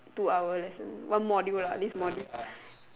two hour lesson one module lah this module